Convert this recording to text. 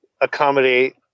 Accommodate